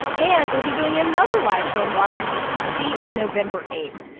and we'll be doing another live show in washington, d c, on november eight.